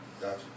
Gotcha